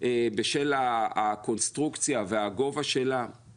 בשל הקונסטרוקציה והגובה שלה;